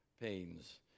pains